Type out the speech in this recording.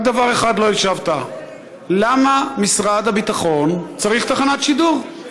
רק על דבר אחד לא השבת: למה משרד הביטחון צריך תחנת שידור?